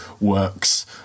works